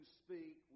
speak